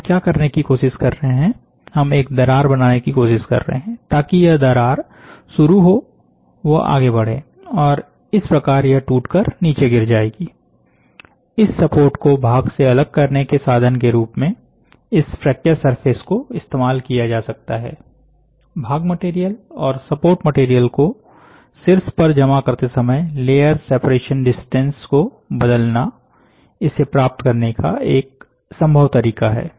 तो हम क्या करने की कोशिश कर रहे हैं हम एक दरार बनाने की कोशिश कर रहे हैं ताकि यह दरार शुरू हो व आगे बढ़े और इस प्रकार यह टूट कर नीचे गिर जाएगी इस सपोर्ट को भाग से अलग करने के साधन के रूप में इस फ्रैक्चर सरफेस को इस्तेमाल किया जा सकता है भाग मटेरियल और सपोर्ट मटेरियल को शिर्ष पर जमा करते समय लेयर सेपरेशन डिस्टेंस को बदलना इसे प्राप्त करने का एक संभव तरीका है